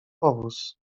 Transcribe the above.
powóz